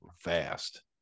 fast